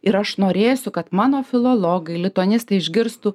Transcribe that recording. ir aš norėsiu kad mano filologai lituanistai išgirstų